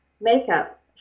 makeup